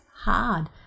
hard